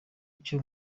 icyo